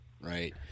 Right